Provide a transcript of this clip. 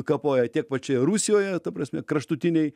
kapoja tiek pačioje rusijoje ta prasme kraštutiniai